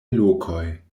lokoj